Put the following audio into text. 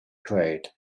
trade